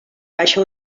baixa